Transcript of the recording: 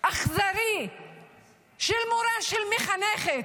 אכזרי של מורה, של מחנכת,